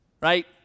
right